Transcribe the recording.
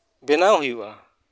ᱵᱮᱱᱟᱣ ᱦᱩᱭᱩᱜᱼᱟ